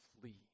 flee